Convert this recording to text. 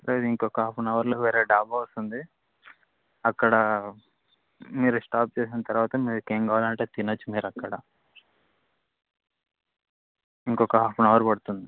లేదు ఇంకొక half an అవర్లో వేరే డాబా వస్తుంది అక్కడ మీరు స్టాప్ చేసిన తర్వాత మీకేం కావాలంటే తినొచ్చు మీరు అక్కడ ఇంక హాఫ్ ఆన్ అవర్ పడుతుంది